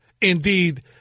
indeed